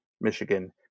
Michigan